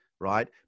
right